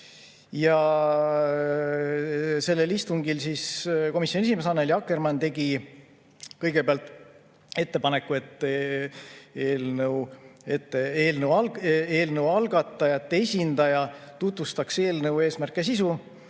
Sellel istungil tegi komisjoni esimees Annely Akkermann kõigepealt ettepaneku, et eelnõu algatajate esindaja tutvustaks eelnõu eesmärke ja sisu.